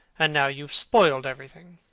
and now you have spoiled everything.